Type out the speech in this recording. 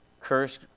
curse